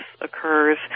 occurs